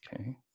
Okay